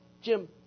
Jim